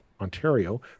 Ontario